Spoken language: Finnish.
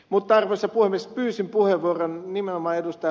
mutta arvoisa puhemies pyysin puheenvuoron nimenomaan ed